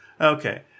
Okay